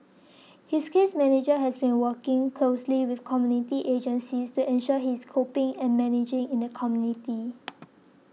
his case manager has been working closely with community agencies to ensure he is coping and managing in the community